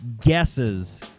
guesses